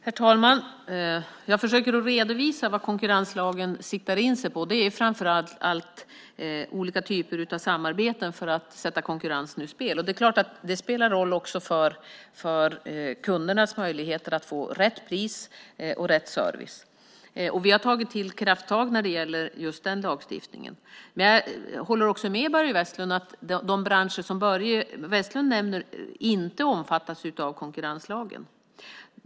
Herr talman! Jag försöker redovisa vad konkurrenslagen siktar in sig på. Det är framför allt fråga om olika typer av samarbeten för att sätta konkurrensen ur spel. Det är klart att det spelar roll också för kundernas möjligheter att få rätt pris och rätt service. Vi har tagit till krafttag när det gäller just den lagstiftningen. Jag håller med Börje Vestlund om att de branscher som han nämner inte omfattas av konkurrenslagen.